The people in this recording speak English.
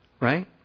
Right